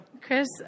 Chris